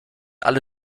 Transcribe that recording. alle